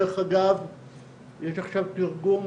דרך אגב יש עכשיו תרגום